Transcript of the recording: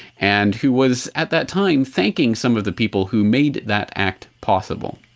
and who was, at that time, thanking some of the people who made that act possible.